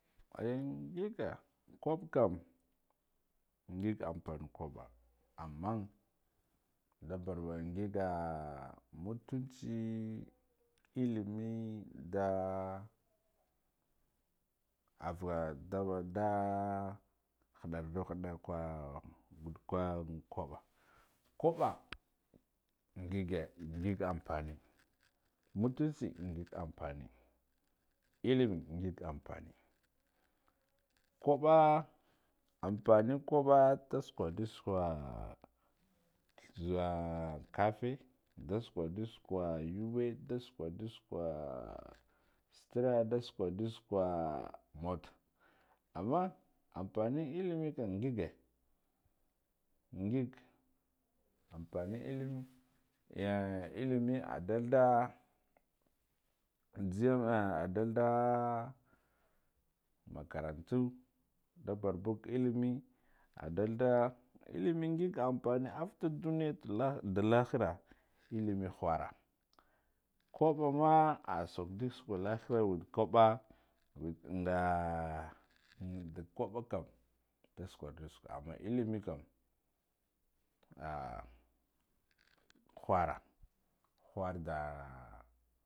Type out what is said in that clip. En ngiga kubb kam ngiga ampani kubba amman nda barwa ngiga ah mutunci illime nda, ava nda nda khudardu khudakwa ah gudd kwa kubba, kubba ngige ngig apani mutunci ngig ampane, illim ngig ampane, kubba ampane, kubba nda sukwa du sakwa ah zuwa koffe, sukwar du sukwa yuwe nda sukwa du sukwa setera nda sukwan dn moto ammon ampane illime kam ngige, ngig ampane illime en illime ndalda nzegam adalda makarantu nda barbuj illime, adalda illim ampane afta duniya da lahir, illime khura kubbama sukwanda sukwa lahira wud kubba wud nga ndaga kubba kam nda sukwundu sukwa amman illime kam ah khura khar dan